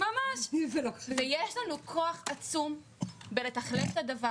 אנחנו רואים שפחות מ-1% הוקצה לדיור